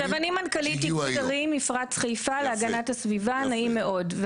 עכשיו אני מנכ"לית איגוד ערים מפרץ חיפה להגנת הסביבה נעים מאוד,